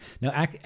Now